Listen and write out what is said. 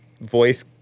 voice